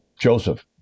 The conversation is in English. Joseph